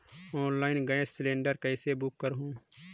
Online gas cylinder कइसे book करहु?